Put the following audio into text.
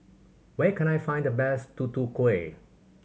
where can I find the best Tutu Kueh